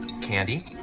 Candy